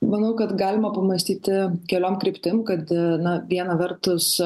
manau kad galima pamąstyti keliom kryptim kad na viena vertus